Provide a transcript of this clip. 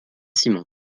simon